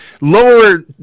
Lower